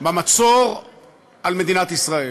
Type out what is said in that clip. במצור על מדינת ישראל.